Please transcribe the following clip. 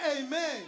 amen